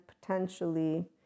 potentially